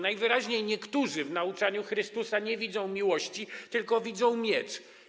Najwyraźniej niektórzy w nauczaniu Chrystusa nie widzą miłości, tylko widzą miecz.